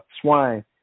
swine